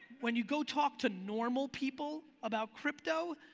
when you go talk to normal people about crypto,